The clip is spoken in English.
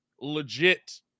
legit